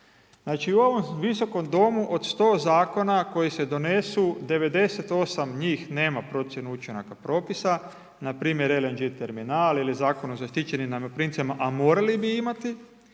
Znači u ovom visokom domu, od 100 zakona koji se donesu, 98% njih nema procjenu učinaka propisa, npr. LNG terminal ili Zakon o zaštićenim najmoprimcima, a morali bi imati